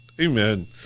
Amen